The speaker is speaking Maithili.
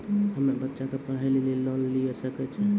हम्मे बच्चा के पढ़ाई लेली लोन लिये सकय छियै?